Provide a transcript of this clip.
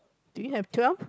do you have twelve